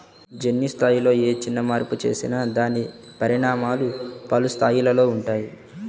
జన్యు స్థాయిలో ఏ చిన్న మార్పు చేసినా దాని పరిణామాలు పలు స్థాయిలలో ఉంటాయి